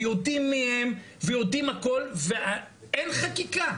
ויודעים מי הם, ויודעים הכל, ואין חקיקה.